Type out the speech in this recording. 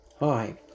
Hi